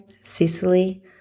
Sicily